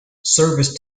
service